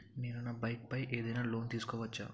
నేను నా బైక్ పై ఏదైనా లోన్ తీసుకోవచ్చా?